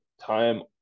time